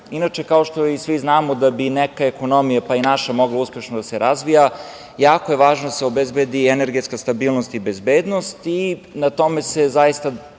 Srbije. Inače, kao što i svi znamo da bi neka ekonomije, pa i naša mogla uspešno da se razvija, jako je važno da se obezbedi energetska stabilnost i bezbednost, i na tome se zaista